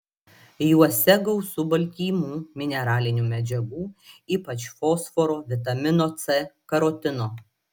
juose gausu baltymų mineralinių medžiagų ypač fosforo vitamino c karotino